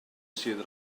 sydd